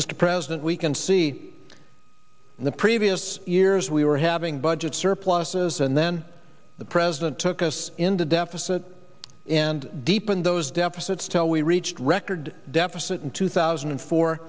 mr president we can see in the previous years we were having budget surpluses and then the president took us into deficit and deepen those deficits tell we reached record deficit in two thousand and four